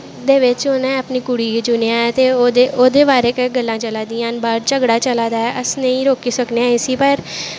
दोनें चा कुड़ी गी चुनेंआं ऐ ते ओह्दे बारे गल्लां चला दियां नैं बाह्र झगड़ा चला दा ऐ अस नेईं रोकी सकनें पर